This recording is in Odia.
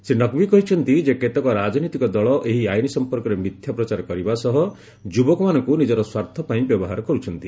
ଶ୍ରୀ ନକଭି କହିଛନ୍ତି ଯେ କେତେକ ରାଜନୈତିକ ଦଳ ଏହି ଆଇନ୍ ସଂପର୍କରେ ମିଥ୍ୟା ପ୍ରଚାର କରିବା ସହ ଯୁବକମାନଙ୍କୁ ନିଜର ସ୍ୱାର୍ଥ ପାଇଁ ବ୍ୟବହାର କରୁଛନ୍ତି